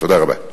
תודה רבה.